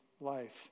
life